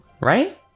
right